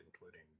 including